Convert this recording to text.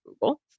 Google